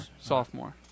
sophomore